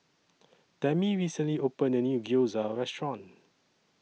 Tami recently opened A New Gyoza Restaurant